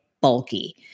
bulky